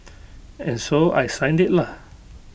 and so I signed IT lah